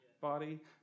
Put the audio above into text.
body